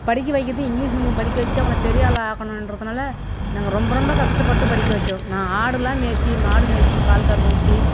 படிக்க வைக்கிறது English medium படிக்க வைச்சி அவங்கள பெரியாளாக ஆக்கணுகிறதுனால நாங்கள் ரொம்ப ரொம்ப கஷ்டப்பட்டு படிக்க வைச்சோம் நான் ஆடெலாம் மேய்த்து மாடு மேய்த்து பால் கறந்து ஊற்றி